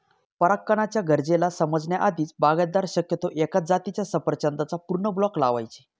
परागकणाच्या गरजेला समजण्या आधीच, बागायतदार शक्यतो एकाच जातीच्या सफरचंदाचा पूर्ण ब्लॉक लावायचे